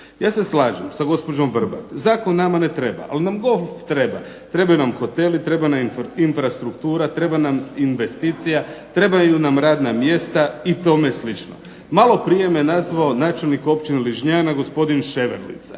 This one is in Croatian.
Ja se slažem sa gospođom Vrbat. Zakon nama ne treba, ali nam golf treba. Trebaju nam hoteli, treba nam infrastruktura, treba nam investicija, trebaju nam radna mjesta i tome slično. Malo prije me nazvao načelnik općine Ližnjan gospodin Ševehlica